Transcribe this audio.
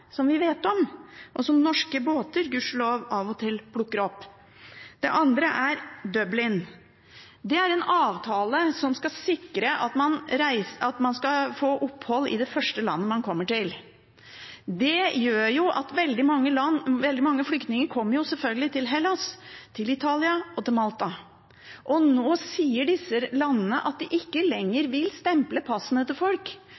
som vi vet om, og som norske båter – gudskjelov – av og til plukker opp? Det andre er Dublin-avtalen. Det er en avtale som skal sikre at man får opphold i det første landet man kommer til. Det gjør jo at veldig mange flyktninger selvfølgelig kommer til Hellas, Italia og Malta. Nå sier disse landene at de ikke lenger vil stemple passene til folk